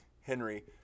Henry